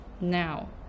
now